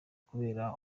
kubera